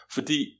Fordi